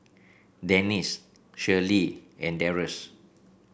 Dennis Shirlee and Darrius